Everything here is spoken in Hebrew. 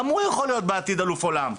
גם הוא יכול יום אחד להיות אלוף עולם,